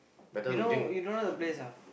you don't know you don't know the place ah